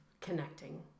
connecting